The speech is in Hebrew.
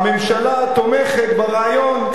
הממשלה תומכת ברעיון,